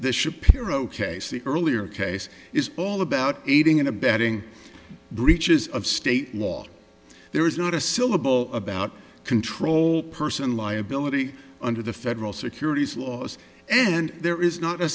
the shapiro case the earlier case is all about aiding and abetting breaches of state law there is not a syllable about control person liability under the federal securities laws and there is not a